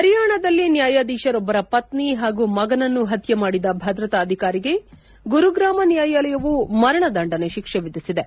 ಪರಿಯಾಣದಲ್ಲಿ ನ್ಯಾಯಾಧೀಶರೊಬ್ಬರ ಪತ್ನಿ ಹಾಗೂ ಮಗನನ್ನು ಪತ್ನೆ ಮಾಡಿದ ಭದ್ರತಾ ಅಧಿಕಾರಿಗೆ ಗುರುಗ್ರಾಮ ನ್ನಾಯಾಲಯವು ಮರಣದಂಡನೆ ಶಿಕ್ಷೆ ವಿಧಿಸಿದೆ